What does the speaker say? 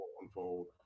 unfold